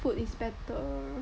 food is better